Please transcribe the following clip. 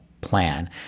plan